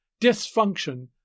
dysfunction